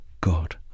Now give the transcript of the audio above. God